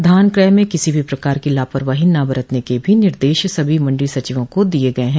धान क्रय में किसी भी प्रकार की लापरवाही न बरतने के भी निर्देश सभी मण्डी सचिवों को दिए गये हैं